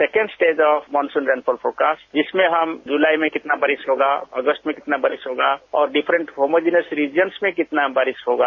second stage of monsoon the forecast जिसमें हम जुलाई में कितना बारिश होगा अगस्त में कितना बारिश होगा और डिफर्रेन्ट हॉमोजिंयस रीजन में कितना बारिश होगा